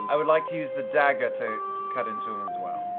and i would like to use the dagger to cut into him as well.